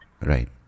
right